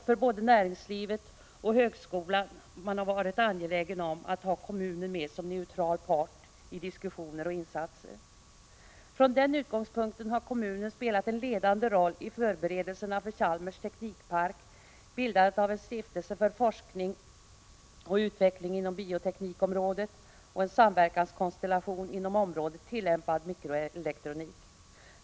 Från både näringslivet och högskolan har man varit angelägen om att ha kommunen med som neutral part i dessa diskussioner och insatser. Från den utgångspunkten har kommunen spelat en ledande roll i förberedelserna för Chalmers teknikpark, bildandet av en stiftelse för forskning och utveckling inom bioteknikområdet och en samverkanskonstellation inom området tillämpad mikroelektronik.